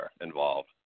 involved